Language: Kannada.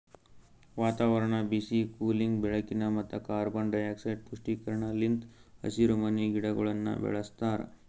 ವಾತಾವರಣ, ಬಿಸಿ, ಕೂಲಿಂಗ್, ಬೆಳಕಿನ ಮತ್ತ ಕಾರ್ಬನ್ ಡೈಆಕ್ಸೈಡ್ ಪುಷ್ಟೀಕರಣ ಲಿಂತ್ ಹಸಿರುಮನಿ ಗಿಡಗೊಳನ್ನ ಬೆಳಸ್ತಾರ